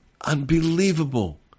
Unbelievable